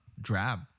drab